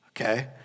Okay